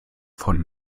von